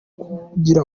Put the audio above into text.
kukugira